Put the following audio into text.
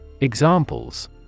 Examples